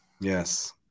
Yes